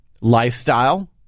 lifestyle